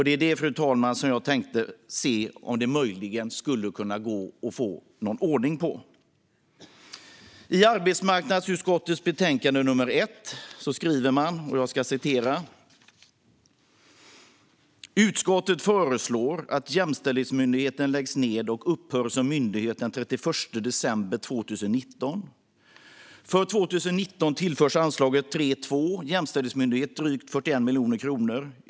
Det är det, fru talman, som jag tänkte se om det möjligen skulle kunna gå att få någon ordning på. I arbetsmarknadsutskottets betänkande nr 1 skriver man: "Mot denna bakgrund föreslår utskottet att Jämställdhetsmyndigheten läggs ned och upphör som myndighet den 31 december 2019. För 2019 tillförs anslaget 3:2 Jämställdhetsmyndigheten drygt 41 miljoner kronor.